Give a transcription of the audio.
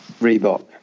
Reebok